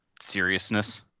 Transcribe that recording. seriousness